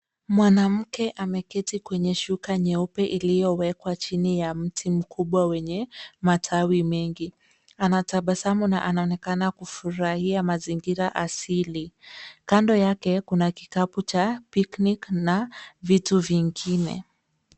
Mwanamke ameketi kwenye shuka nyeupe iliyowekwa chini ya mti mkubwa wenye matawi mengi. Anatabasamu na anaonekana kufurahia mazingira asili. Kando yake kuna kikapu cha (picnic) na vitu vingine.